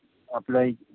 आपलंही